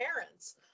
parents